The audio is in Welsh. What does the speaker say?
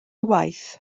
waith